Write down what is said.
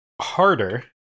harder